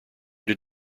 did